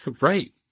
Right